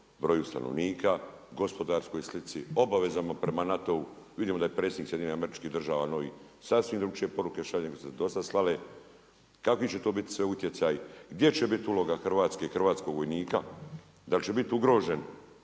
broju stanovnika, gospodarskoj slici, obavezama prema NATO-u, vidimo da je predsjednik SAD-a novi, sasvim drugačije poruke šalje, nego što su se do sad slale. Kakvi će to biti sve utjecaj, gdje će biti uloga Hrvatske i hrvatskog vojnika? Dal će biti ugrožen